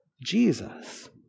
Jesus